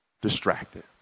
distracted